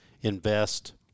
invest